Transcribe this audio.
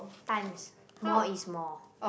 times more is more